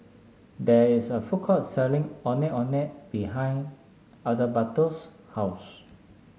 there is a food court selling Ondeh Ondeh behind Adalberto's house